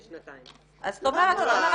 למה?